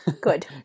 good